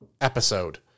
episode